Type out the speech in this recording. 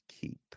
keep